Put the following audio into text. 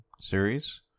series